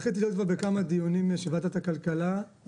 זכיתי להיות בכמה דיונים של ועדת הכלכלה על